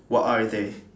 what are they